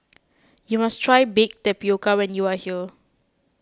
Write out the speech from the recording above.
you must try Baked Tapioca when you are here